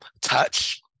Touch